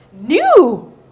new